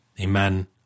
Amen